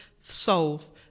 solve